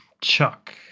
Chuck